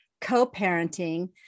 co-parenting